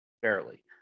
fairly